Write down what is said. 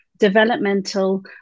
developmental